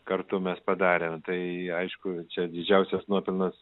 kartu mes padarėm tai aišku čia didžiausias nuopelnas